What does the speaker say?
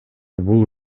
бул